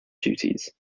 duties